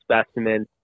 specimen